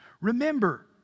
Remember